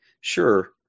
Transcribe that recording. sure